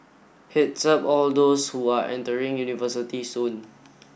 head's up all those who are entering university soon